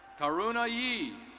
caruna e.